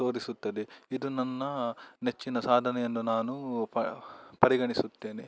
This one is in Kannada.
ತೋರಿಸುತ್ತದೆ ಇದು ನನ್ನ ನೆಚ್ಚಿನ ಸಾಧನೆಯನ್ನು ನಾನು ಪರಿಗಣಿಸುತ್ತೇನೆ